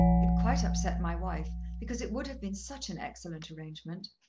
it quite upset my wife because it would have been such an excellent arrangement.